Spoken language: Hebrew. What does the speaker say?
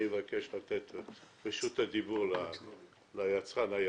אני מבקש לתת את רשות הדיבור ליצרן היחיד.